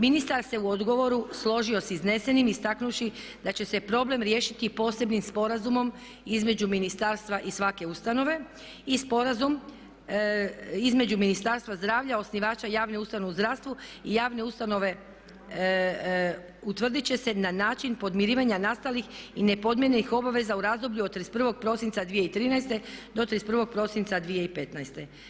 Ministar se u odgovoru složio sa iznesenim istaknuvši da će se problem riješiti posebnim sporazumom između ministarstva i svake ustanove i sporazum između Ministarstva zdravlja, osnivača javne ustanove u zdravstvu i javne ustanove utvrditi će se na način podmirivanja nastalih i nepodmirenih obaveza u razdoblju od 31. prosinca 2013. do 31. prosinca 2015.